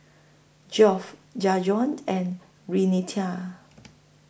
Geoff Jajuan and Renita